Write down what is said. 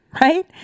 right